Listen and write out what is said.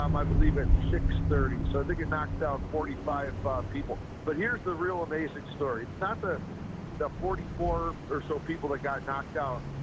um i believe it's six thirty. so i think it knocked out forty five people. but here's the real amazing story. it's not the the forty four or so people that got knocked out.